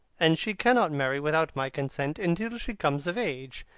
and she cannot marry without my consent until she comes of age.